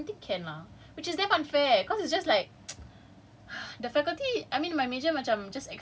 ya exactly then I was like okay it's okay especially when I don't think can lah which is damn unfair cause it's just like